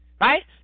Right